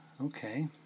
okay